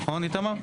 נכון איתמר?